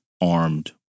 armed